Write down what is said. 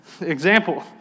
Example